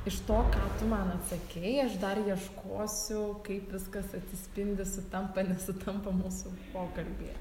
iš to ką tu man atsakei aš dar ieškosiu kaip viskas atsispindi sutampa nesutampa mūsų pokalbyje